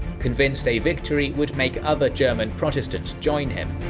convinced a victory would make other german protestants join him.